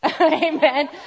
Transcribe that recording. Amen